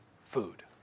food